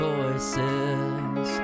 Voices